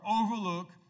overlook